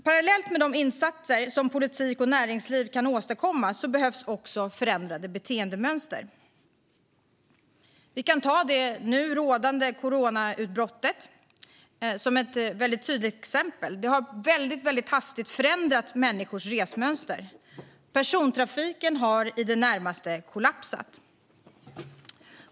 Parallellt med de insatser som politik och näringsliv kan åstadkomma behövs också förändrade beteendemönster. Vi kan ta det nu rådande coronautbrottet som ett väldigt tydligt exempel. Det har väldigt hastigt förändrat människors resmönster. Persontrafiken har i det närmaste kollapsat.